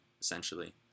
essentially